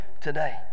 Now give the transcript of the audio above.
today